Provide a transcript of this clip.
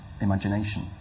imagination